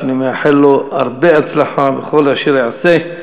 ואני מאחל לו הרבה הצלחה בכל אשר יעשה.